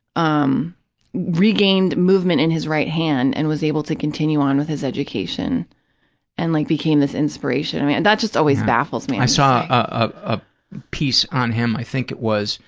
um regained movement in his right hand and was able to continue on with his education and like became this inspiration. i mean, that just always baffles me paul i saw a piece on him, i think it was